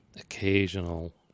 occasional